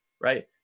right